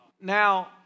Now